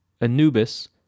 Anubis